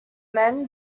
man